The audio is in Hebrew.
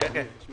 תודה רבה.